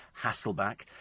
Hasselback